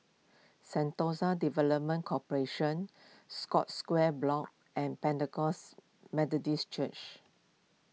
Sentosa Development Corporation Scotts Square Block and Pentecost Methodist Church